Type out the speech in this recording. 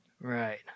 Right